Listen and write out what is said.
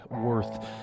worth